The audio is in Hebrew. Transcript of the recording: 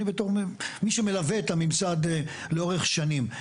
אני, בתור מי שמלווה את הממסד לאורך שנים.